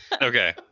Okay